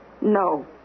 No